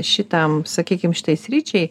šitam sakykim šitai sričiai